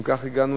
אם כך, הגענו